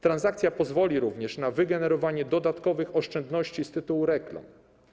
Transakcja pozwoli również na wygenerowanie dodatkowych oszczędności z tytułu reklam.